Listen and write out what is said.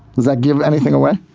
that give anything away?